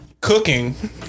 Cooking